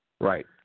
Right